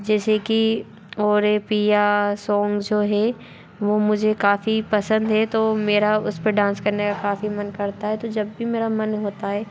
जैसे कि ओ रे पिया सॉन्ग जो हे वो मुझे काफ़ी पसंद हे तो मेरा उसपे डांस करने का काफ़ी मन करता हे तो जब भी मेरा मन होता है